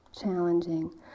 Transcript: challenging